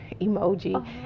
emoji